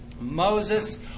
Moses